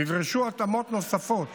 נדרשו התאמות נוספות